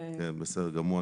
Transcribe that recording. בסדר גמור,